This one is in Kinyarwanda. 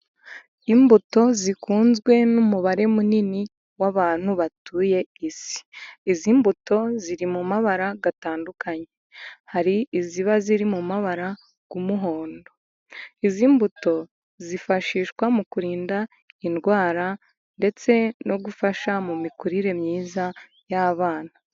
Imbuto zikunzwe n'umubare munini w'abantu batuye isi. Izi mbuto ziri mu mabara atandukanye, hari iziba ziri mu mabara y'umuhondo. Izi mbuto zifashishwa mu kurinda indwara, ndetse no gufasha mu mikurire myiza y'abana.